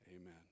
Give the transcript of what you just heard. Amen